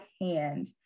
hand